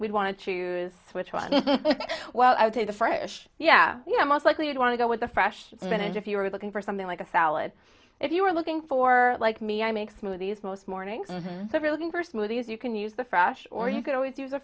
we'd want to choose which one well i would say the fresh yeah yeah most likely you'd want to go with the fresh spinach if you were looking for something like a salad if you were looking for like me i make smoothies most mornings so if you're looking for smoothies you can use the fresh or you could always use a